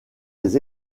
des